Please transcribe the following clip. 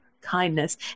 Kindness